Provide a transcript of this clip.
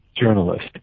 journalist